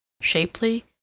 shapely